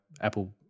Apple